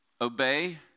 obey